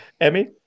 Emmy